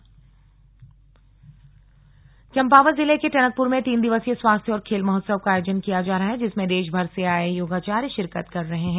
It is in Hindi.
खेल महोत्सव चंपावत चम्पावत जिले के टनकपुर में तीन दिवसीय स्वास्थ्य और खेल महोत्सव का आयोजन किया जा रहा है जिसमें देश भर से आये योगाचार्य शिरकत कर रहे हैं